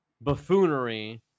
buffoonery